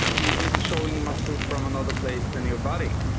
you just showing muscles from another place than your body